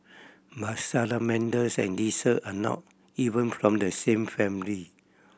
but salamanders and lizard are not even from the same family